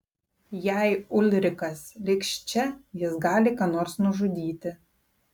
jei ulrikas liks čia jis gali ką nors nužudyti